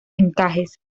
encajes